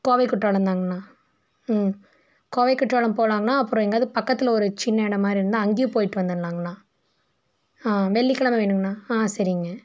கோவை குற்றாலம் தாங்ண்ணா ம் கோவை குற்றாலம் போலாங்ண்ணா அப்புறம் எங்கேயாவது பக்கத்தில் ஒரு சின்ன இடமா இருந்தால் அங்கேயும் போயிட்டு வந்துடலாங்ண்ணா ஆ வெள்ளிக்கிழமை வேணுங்ண்ணா ஆ சரிங்க